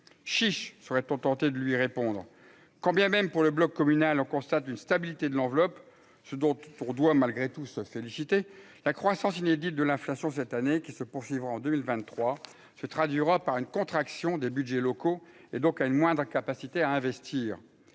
chiche, serait-on tenté de lui répondre, quand bien même pour le bloc communal, on constate une stabilité de l'enveloppe je donc pour doit malgré tout ça, c'est de susciter la croissance inédite de l'inflation cette année qui se poursuivra en 2023 se traduira par une contraction des Budgets locaux et donc à une moindre incapacité à investir, à